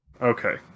Okay